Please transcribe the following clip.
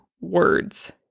words